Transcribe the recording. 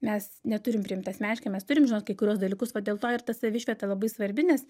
mes neturim priimt asmeniškai mes turim žinot kai kuriuos dalykus va dėl to ir tas savišvieta labai svarbi nes